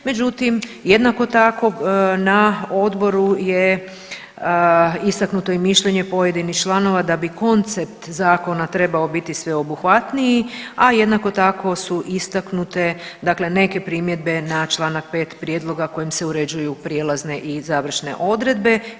Međutim, jednako tako na odboru je istaknuto i mišljenje pojedinih članova da bi koncept zakona trebao biti sveobuhvatniji, a jednako tako su istaknute neke primjedbe ne čl. 5. prijedloga kojim se uređuju prijelazne i završne odredbe.